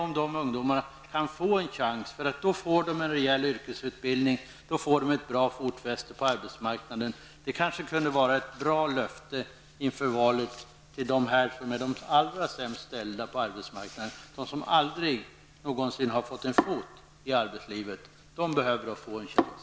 Om dessa ungdomar får en sådan chans får de en rejäl yrkesutbildning och ett bra fotfäste på arbetsmarknaden. Det kunde kanske vara ett bra löfte inför valet till dem som är allra sämst ställda på arbetsmarknaden, nämligen de som aldrig har fått in en fot i arbetslivet. De behöver en sådan chans.